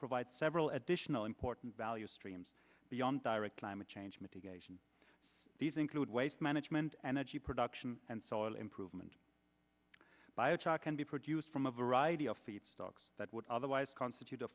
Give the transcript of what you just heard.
provide several additional important value streams beyond direct climate change mitigation these include waste management and edgy production and soil improvement by a child can be produced from a variety of feed stocks that would otherwise constitute a